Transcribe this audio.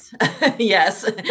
Yes